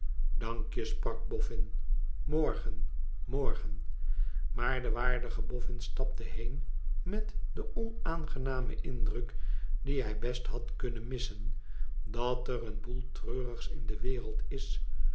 dank je sprak boffin morgen morgen maar de waardige boffin stapte heen met den onaangenamen indruk dien hij best had kunnen missen dat er een boel treurigs in de wereld is